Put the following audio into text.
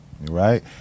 Right